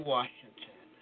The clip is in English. Washington